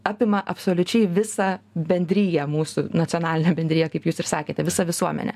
apima absoliučiai visą bendriją mūsų nacionalinę bendriją kaip jūs ir sakėte visą visuomenę